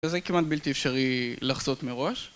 וזה כמעט בלתי אפשרי לחזות מראש